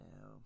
No